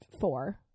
four